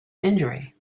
injury